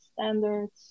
standards